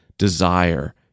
desire